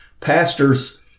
pastors